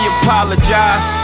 apologize